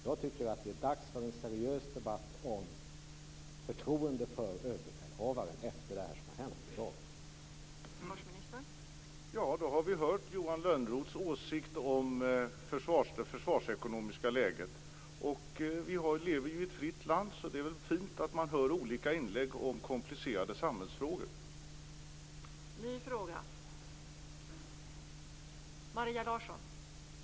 Jag tycker att det är dags för en seriös debatt om förtroendet för överbefälhavaren efter det som har hänt.